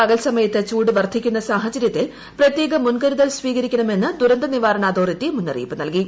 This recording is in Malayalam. പകൽ സമയത്ത് ചൂട് വർദ്ധിക്കുന്ന സാഹചര്യത്തിൽ പ്രത്യേക മു്ൻകരുതൽ സ്വീകരിക്കണമെന്ന് ദുരന്ത നിവാരണ അതോറിറ്റി മുന്നറിയിപ്പ് നൽകി